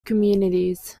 communities